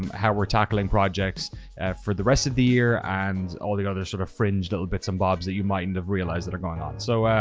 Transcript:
how we're tackling projects for the rest of the year and all the other sort of fringe little bits and bobs that you mightn't have realized that are going on. so, ah,